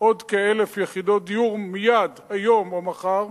עוד כ-1,000 יחידות דיור מייד, היום או מחר,